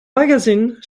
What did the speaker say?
magazine